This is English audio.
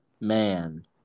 Man